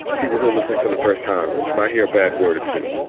people who are listening for the first time might hear a bad word to